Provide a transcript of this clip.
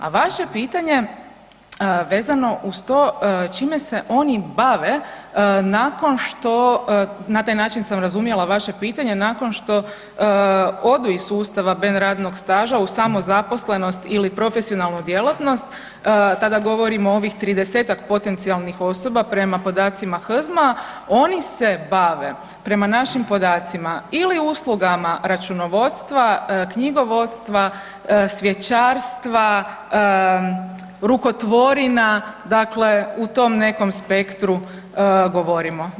A vaše pitanje vezano uz to čime se oni bave nakon što, na taj način sam razumjela vaše pitanje, nakon što odu iz sustava ben radnog staža u samozaposlenost ili profesionalnu djelatnost, tada govorimo o ovih 30-tak potencijalnih osoba prema podacima HZMO-a oni se bave prema našim podacima ili uslugama računovodstva, knjigovodstva, svjećarstva, rukotvorina, dakle u tom nekom spektru govorimo djelatnosti.